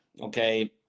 Okay